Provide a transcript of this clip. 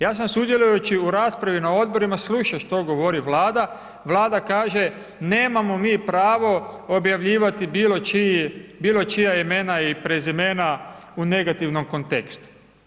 Ja sam sudjelujući u raspravi na odborima slušao što govori Vlada, Vlada kaže nemamo mi pravo objavljivati bilo čija imena i prezimena u negativnom kontekstu.